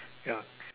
ya